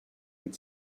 had